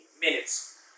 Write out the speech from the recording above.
minutes